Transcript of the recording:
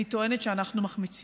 אני טוענת שאנחנו מחמיצים.